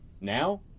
Now